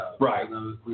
Right